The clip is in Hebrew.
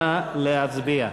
נא להצביע.